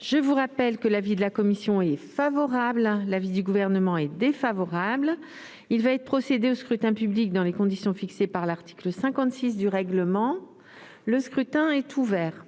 Je rappelle que l'avis de la commission est favorable et que celui du Gouvernement est défavorable. Il va être procédé au scrutin dans les conditions fixées par l'article 56 du règlement. Le scrutin est ouvert.